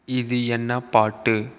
இது என்ன பாட்டு